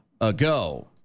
ago